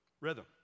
Rhythm